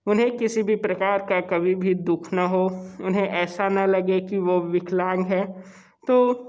उन्हें किसी भी प्रकार का कभी भी दुख ना हो उन्हें ऐसा ना लगे कि वो विकलांग हैं तो